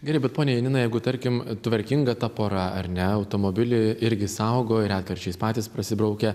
gerai bet ponia janina jeigu tarkim tvarkinga ta pora ar ne automobilį irgi saugo ir retkarčiais patys prasibraukia